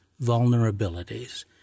vulnerabilities